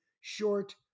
short